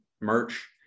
merch